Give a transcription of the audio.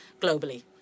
globally